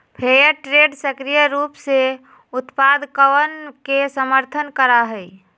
fair trade सक्रिय रूप से उत्पादकवन के समर्थन करा हई